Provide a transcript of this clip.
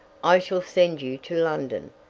i shall send you to london,